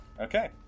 Okay